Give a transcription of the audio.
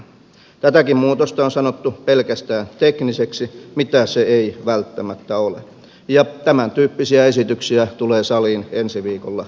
tätäkin muutosta on sanottu pelkästään tekniseksi mitä se ei välttämättä ole ja tämäntyyppisiä esityksiä tulee saliin ensi viikolla lisää